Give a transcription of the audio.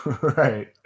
Right